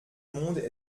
monde